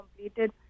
completed